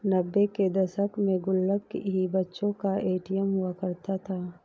नब्बे के दशक में गुल्लक ही बच्चों का ए.टी.एम हुआ करता था